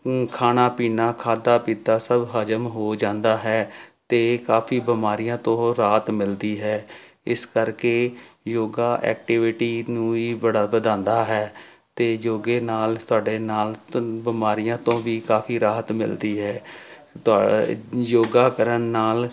ਖਾਣਾ ਪੀਣਾ ਖਾਧਾ ਪੀਤਾ ਸਭ ਹਜ਼ਮ ਹੋ ਜਾਂਦਾ ਹੈ ਅਤੇ ਕਾਫ਼ੀ ਬਿਮਾਰੀਆਂ ਤੋਂ ਰਾਹਤ ਮਿਲਦੀ ਹੈ ਇਸ ਕਰਕੇ ਯੋਗਾ ਐਕਟੀਵਿਟੀ ਨੂੰ ਵੀ ਬੜਾ ਵਧਾਉਂਦਾ ਹੈ ਅਤੇ ਯੋਗੇ ਨਾਲ ਤੁਹਾਡੇ ਨਾਲ ਬਿਮਾਰੀਆਂ ਤੋਂ ਵੀ ਕਾਫ਼ੀ ਰਾਹਤ ਮਿਲਦੀ ਹੈ ਤੁਆ ਯੋਗਾ ਕਰਨ ਨਾਲ